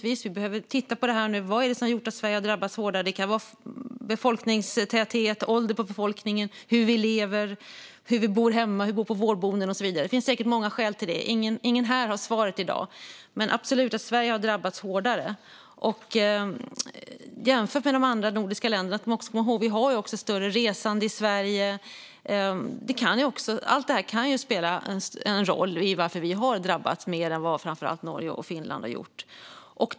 Vi behöver titta på det här och se vad det är som gör att Sverige har drabbats hårdare. Det kan vara befolkningstäthet, ålder på befolkningen, hur vi lever, hur vi bor hemma, hur vi bor på vårdboenden och så vidare. Det finns säkert många skäl till det, och ingen här har svaret i dag. Men absolut har Sverige drabbats hårdare. Jämfört med de andra nordiska länderna har vi också ett större resande i Sverige. Allt det här kan spela roll när det gäller varför vi har drabbats mer än vad framför allt Norge och Finland har gjort.